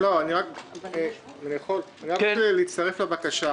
אני רוצה להצטרף לבקשה.